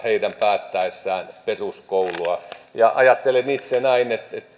heidän päättäessään peruskoulua ajattelen itse näin että